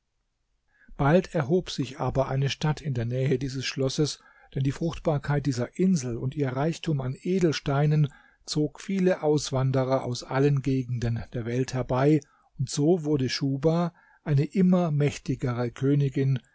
bald erhob sich aber eine stadt in der nähe dieses schlosses denn die fruchtbarkeit dieser insel und ihr reichtum an edelsteinen zog viele auswanderer aus allen gegenden der welt herbei und so wurde schuhba eine immer mächtigere königin